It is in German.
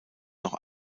noch